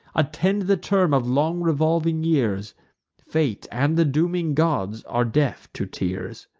attend the term of long revolving years fate, and the dooming gods, are deaf to tears.